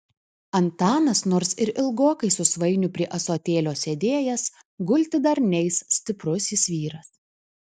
antanas nors ir ilgokai su svainiu prie ąsotėlio sėdėjęs gulti dar neis stiprus jis vyras